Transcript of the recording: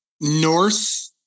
north